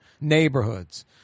neighborhoods